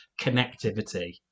Connectivity